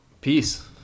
peace